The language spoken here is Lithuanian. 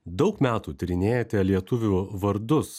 daug metų tyrinėjate lietuvių vardus